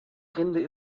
rinde